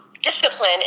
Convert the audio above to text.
Discipline